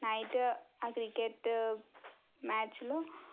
night ఆ cricket మ్యాచ్లో